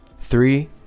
Three